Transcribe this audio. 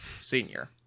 senior